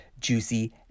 juicy